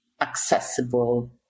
accessible